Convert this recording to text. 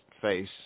face